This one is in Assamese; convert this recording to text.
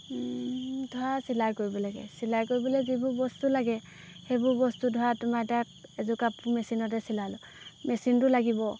ধৰা চিলাই কৰিব লাগে চিলাই কৰিবলৈ যিবোৰ বস্তু লাগে সেইবোৰ বস্তু ধৰা তোমাৰ তাক এযোৰ কাপোৰ মেচিনতে চিলালো মেচিনটো লাগিব